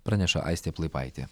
praneša aistė plaipaitė